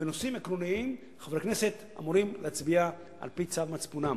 בנושאים עקרוניים חברי כנסת אמורים להצביע לפי צו מצפונם.